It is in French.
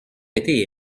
été